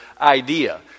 idea